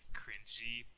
cringy